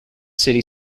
city